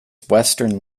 western